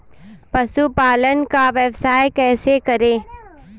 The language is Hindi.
पशुपालन का व्यवसाय कैसे करें?